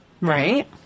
Right